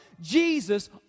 Jesus